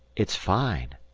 it's fine.